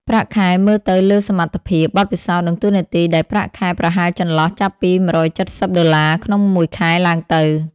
ប្រាក់ខែមើលទៅលើសមត្ថភាព បទពិសោធន៍ និងតួនាទី ដែលប្រាក់ខែប្រហែលចន្លោះចាប់ពី១៧០ដុល្លារក្នុងមួយខែឡើងទៅ។